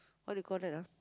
what do you call that ah